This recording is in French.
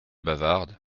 bavarde